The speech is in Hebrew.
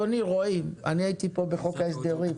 רועי, אני הייתי פה בחוק ההסדרים.